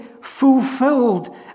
fulfilled